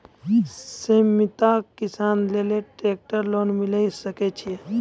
सीमांत किसान लेल ट्रेक्टर लोन मिलै सकय छै?